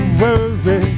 worry